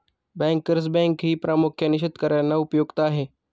bankers बँकही प्रामुख्याने शेतकर्यांना उपयुक्त आहे